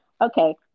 Okay